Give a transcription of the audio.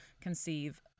conceive